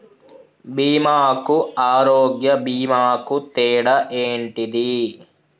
బీమా కు ఆరోగ్య బీమా కు తేడా ఏంటిది?